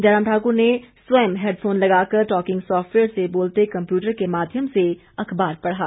जयराम ठाकर ने स्वयं हैडफोन लगाकर टॉकिंग सॉफ़टवेयर से बोलते कम्प्यूटर के माध्यम से अखबार पढ़ा